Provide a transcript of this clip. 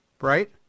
right